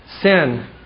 sin